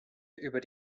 über